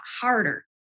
harder